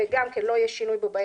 וגם כן לא יהיה שינוי בבאי הכוח.